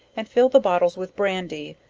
and fill the bottles with brandy,